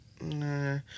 nah